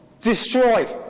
destroyed